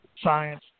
Science